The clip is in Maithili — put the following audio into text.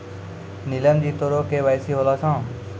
नीलम जी तोरो के.वाई.सी होलो छौं?